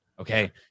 Okay